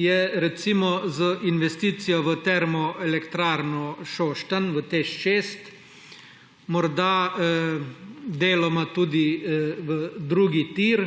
je recimo z investicijo v Termoelektrarno Šoštanj, v TEŠ 6, morda deloma tudi v drugi tir.